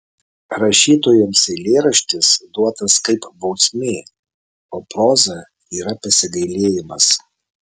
rašytojams eilėraštis duotas kaip bausmė o proza yra pasigailėjimas